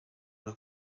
una